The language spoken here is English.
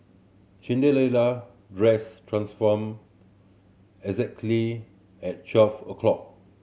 Cinderella dress transformed exactly at twelve o' clock